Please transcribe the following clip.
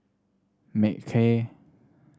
Mackay